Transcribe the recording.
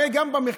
הרי גם במחקרים,